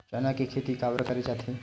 चना के खेती काबर करे जाथे?